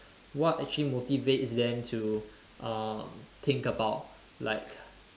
what actually motivates them to uh think about like